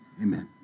Amen